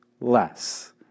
less